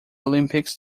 olympics